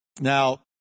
Now